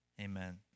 amen